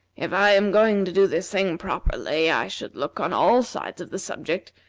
if i am going to do this thing properly, i should look on all sides of the subject,